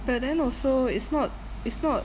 but then also it's not it's not